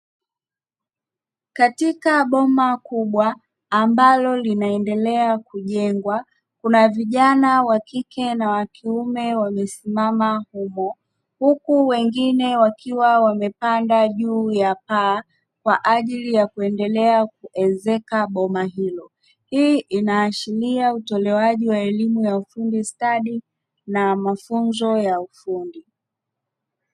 Katika boma kubwa ambalo linaendelea kujengwa; kuna vijana wa kike na wa kiume wamesimama humo, huku wengine wakiwa wamepanda juu ya paa kwa ajili ya kuendelea kuezeka boma hilo. Hii inaashiria utolewaji wa elimu ya ufundi stadi na mafunzo ya ufundi.